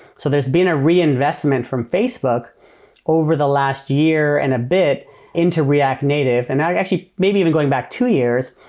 so there's been a reinvestment from facebook over the last year and a bit into react native. and actually, maybe even going back two years,